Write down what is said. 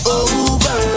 over